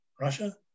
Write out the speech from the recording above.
Russia